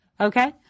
Okay